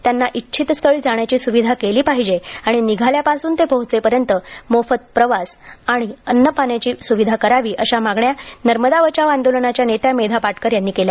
त्यांना इच्छितस्थळी जाण्याची सुविधा केली पाहिजे आणि निघाल्यापासून ते पोहोचेपर्यंत मोफत प्रवास व त्यांना अन्नाची पाण्याची स्विधा करावी अशा मागण्या नर्मदा बचाव आंदोलनाच्या नेत्या मेधा पाटकर यांनी केल्या